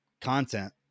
content